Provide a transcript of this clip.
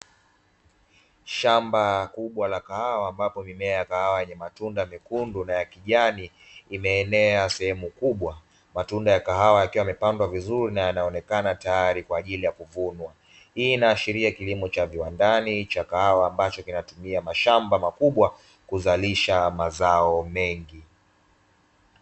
Shamba kubwa la kahawa ambapo mimea ya kahawa yenye matunda mekundu na ya kijani imeenea sehemu kubwa, matunda ya kahawa yakiwa yamepamba vizuri na yanaonekana tayari kwa ajili ya kuvunwa. Hii inaashiria kilimo cha viwandani cha kahawa ambacho kinatumia mashamba makubwa kuzalisha mazao mengi.